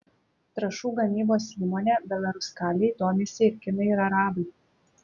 trąšų gamybos įmone belaruskalij domisi ir kinai ir arabai